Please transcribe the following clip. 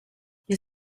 you